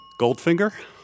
Goldfinger